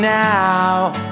now